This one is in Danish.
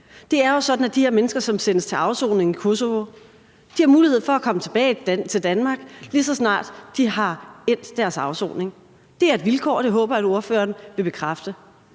Det er jo sådan, at de her mennesker, som sendes til afsoning i Kosovo, har mulighed for at komme tilbage til Danmark, lige så snart de har endt deres afsoning. Det er et vilkår, og det håber jeg at ordføreren vil bekræfte.